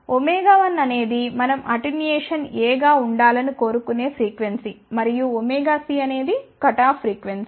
ω1 అనేది మనం attenuation A గా ఉండాలని కోరుకునే ఫ్రీక్వెన్సీ మరియు ωc అనేది కటాఫ్ ఫ్రీక్వెన్సీ